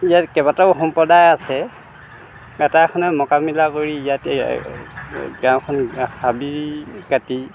ইয়াৰ কেইবাটাও সম্প্ৰদায় আছে এটা আছে মকামিলা কৰি ইয়াতে গাঁওখন হাবি কাটি